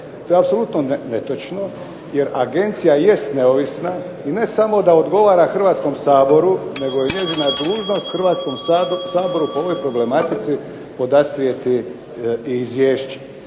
To je apsolutno netočno jer agencija jest neovisna i ne samo da odgovara Hrvatskom saboru nego ima i dužnost Hrvatskom saboru o ovoj problematici podastrijeti i izvješće.